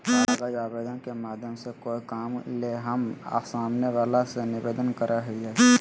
कागज आवेदन के माध्यम से कोय काम ले हम सामने वला से निवेदन करय हियय